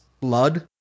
blood